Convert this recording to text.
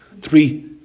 Three